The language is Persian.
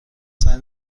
سعی